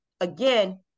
again